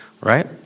Right